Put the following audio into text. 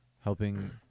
Helping